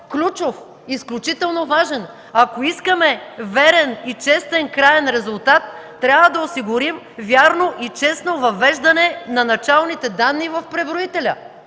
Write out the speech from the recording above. ключов, изключително важен. Ако искаме верен и честен краен резултат, трябва да осигурим вярно и честно въвеждане на началните данни в преброителя.